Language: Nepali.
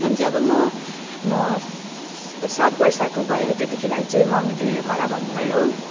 जब म म सात वर्षको भएँ त्यतिखेर चाहिँ मम्मीले मलाई भन्नुभयो